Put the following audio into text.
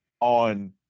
on